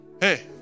Hey